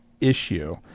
issue